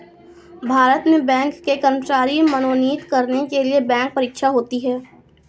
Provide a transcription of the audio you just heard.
भारत में बैंक के कर्मचारी मनोनीत करने के लिए बैंक परीक्षा होती है